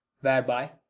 whereby